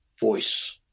voice